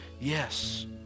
Yes